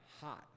hot